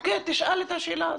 בבקשה, תשאל את השאלה הזאת.